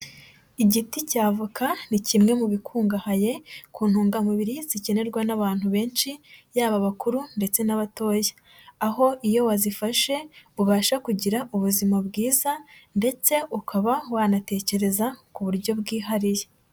Igiti cy'avoka ni kimwe mu bikungahaye ku ntungamubiri zikenerwa n'abantu benshi yaba abakuru ndetse n'abatoya, aho iyo wazifashe ubasha kugira ubuzima bwiza ndetse ukaba wanatekereza ku buryo bwihariye.